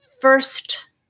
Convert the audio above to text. first